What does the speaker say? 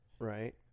right